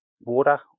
water